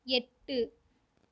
எட்டு